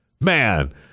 Man